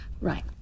Right